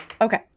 Okay